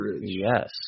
Yes